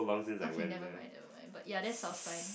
okay never mind never mind but you are there south times